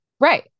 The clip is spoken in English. Right